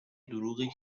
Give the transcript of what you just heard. دروغی